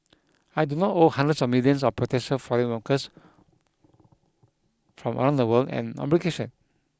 I do not owe hundreds of millions of potential foreign workers from around the world an obligation